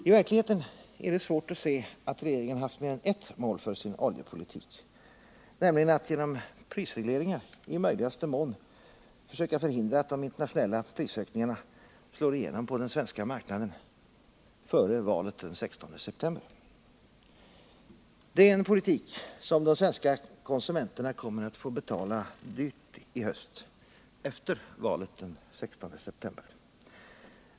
I verkligheten är det svårt att se att regeringen har haft mer än ett mål för sin oljepolitik, nämligen att genom prisregleringar i möjligaste mån försöka förhindra att de internationella prisökningarna slår igenom på den svenska marknaden före valet den 16 september. Det är en politik som de svenska konsumenterna kommer att få betala dyrt i höst efter valet den 16 september.